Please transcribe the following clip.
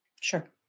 Sure